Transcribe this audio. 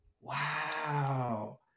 Wow